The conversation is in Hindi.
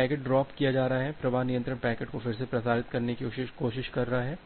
क्योंकि पैकेट ड्रॉप्ड किया जा रहा है प्रवाह नियंत्रण पैकेट को फिर से प्रसारित करने की कोशिश कर रहा है